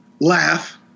laugh